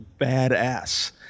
badass